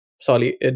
sorry